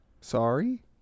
Sorry